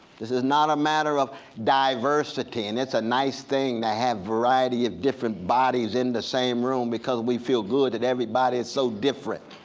this is not a matter of diversity, and it's a nice thing to have variety of different bodies in the same room because we feel good that everybody is so different.